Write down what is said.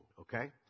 Okay